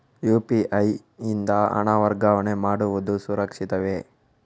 UPI ಯಿಂದ ಹಣ ವರ್ಗಾವಣೆ ಮಾಡುವುದು ಸುರಕ್ಷಿತವೇ?